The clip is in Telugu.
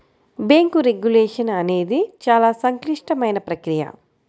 బ్యేంకు రెగ్యులేషన్ అనేది చాలా సంక్లిష్టమైన ప్రక్రియ